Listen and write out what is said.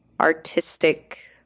artistic